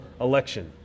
election